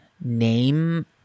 name